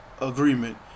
agreement